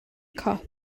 cop